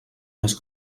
més